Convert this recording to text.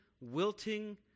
wilting